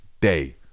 day